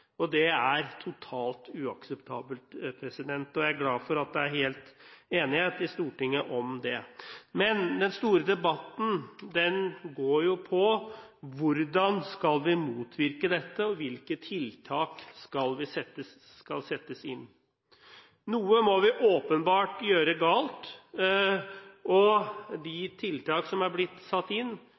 på. Det er totalt uakseptabelt, og jeg er glad for at det er enighet i Stortinget om det. Men den store debatten går på hvordan vi skal motvirke dette, og hvilke tiltak som skal settes inn. Noe må vi åpenbart gjøre galt, og de tiltakene som er blitt satt inn,